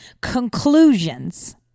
conclusions